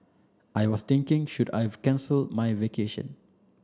I was thinking should I cancel my vacation